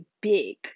big